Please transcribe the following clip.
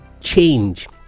change